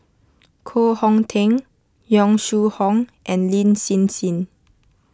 Koh Hong Teng Yong Shu Hoong and Lin Hsin Hsin